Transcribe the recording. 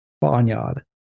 Barnyard